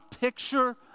picture